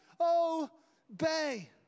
obey